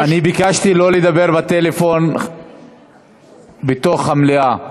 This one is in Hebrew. אני ביקשתי לא לדבר בטלפון באולם המליאה.